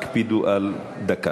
הקפידו על דקה.